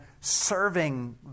serving